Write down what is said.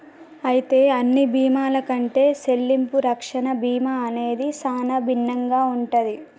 అయితే అన్ని బీమాల కంటే సెల్లింపు రక్షణ బీమా అనేది సానా భిన్నంగా ఉంటది